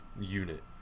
unit